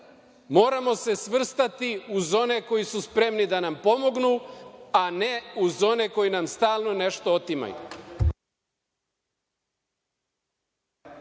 Moramo sve svrstati uz one koji su spremni da nam pomognu, a ne uz one koji nam stalno nešto otimaju.